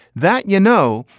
that, you know,